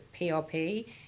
PRP